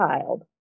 child